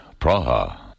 Praha